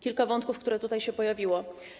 Kilka wątków, które tutaj się pojawiły.